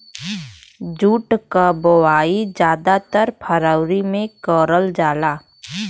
jute क बोवाई जादातर फरवरी में करल जाला